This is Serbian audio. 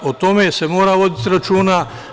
O tome se mora voditi računa.